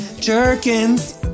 Jerkins